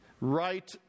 right